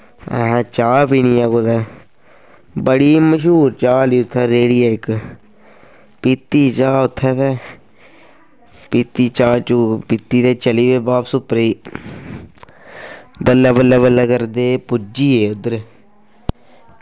अहें चाह् पीनी ऐ कुदै बड़ी मश्हूर चाह् आह्ली उत्थै रेह्ड़ी ऐ इक पीती चाह् उत्थें ते पीती चाह् चूह् पीती ते चले पे बापस उप्परै गी बल्लें बल्लें बल्लें करदे पुज्जी गे उद्धर